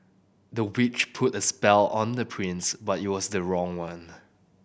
the witch put a spell on the prince but it was the wrong one